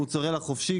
מוצרלה חופשי,